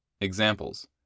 Examples